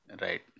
Right